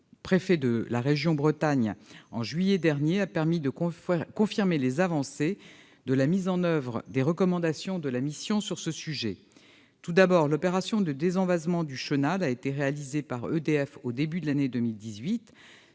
préfet de la région Bretagne en juillet dernier, a permis de confirmer les avancées de la mise en oeuvre des recommandations de la mission sur le sujet. Tout d'abord, l'opération de désenvasement du chenal a été réalisée par EDF, au début de l'année 2018.